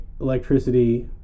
electricity